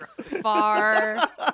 far